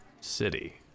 city